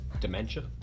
dementia